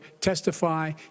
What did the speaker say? testify